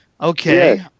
Okay